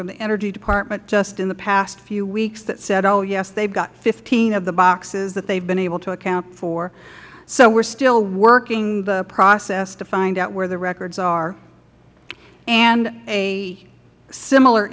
from the energy department just in the past few weeks that said oh yes they have fifteen of the boxes that they have been able to account for so we are still working the process to find out where the records are and a similar